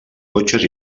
cotxes